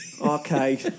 Okay